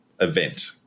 event